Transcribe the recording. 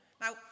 Now